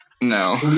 No